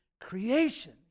creation